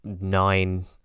nine